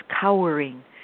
cowering